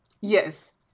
yes